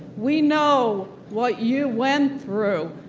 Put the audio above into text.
we know what you went through,